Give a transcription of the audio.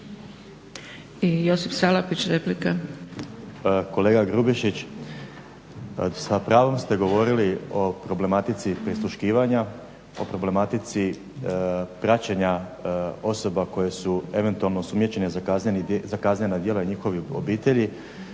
Josip (HDSSB)** Kolega Grubišić, sa pravom ste govorili o problematici prisluškivanja, o problematici praćenja osoba koje su eventualno osumnjičene za kaznena djela i njihovih obitelji.